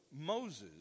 Moses